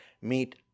meet